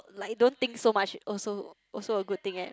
like don't think so much also also a good thing eh